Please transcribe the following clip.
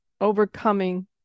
overcoming